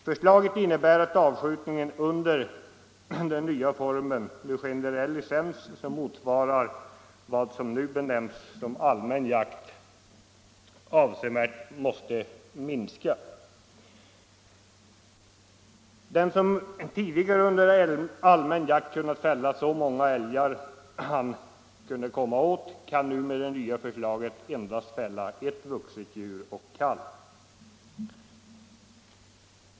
Förslaget innebär att avskjutningen under den nya formen med generell licens — som motsvarar vad som nu benämns allmän jakt — avsevärt måste minska. Den som tidigare under allmän jakt kunde fälla så många älgar han kunde komma åt, kan nu med det nya förslaget endast fälla ett vuxet djur och kalv.